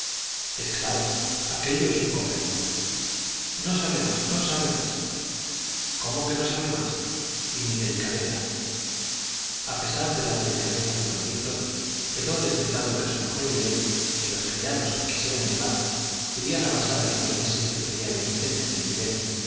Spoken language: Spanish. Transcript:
es claro aquello es un convento no se hable más no se hable más cómo que no se hable más y mi delicadeza a pesar de la delicadeza de don víctor quedó decretado que su mujer y él y los criados que quisieran llevar irían a pasar aquellos meses que pedía benítez en el vivero